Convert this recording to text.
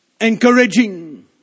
encouraging